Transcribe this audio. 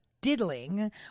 diddling